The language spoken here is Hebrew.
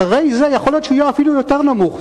אחרי זה יכול להיות שהוא יהיה אפילו יותר נמוך.